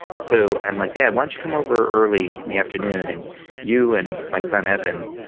so, i'm like, dad, why don't you come over early in the afternoon. and you and my son, evan,